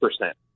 percent